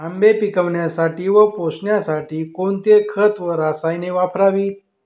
आंबे पिकवण्यासाठी व पोसण्यासाठी कोणते खत व रसायने वापरावीत?